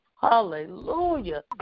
Hallelujah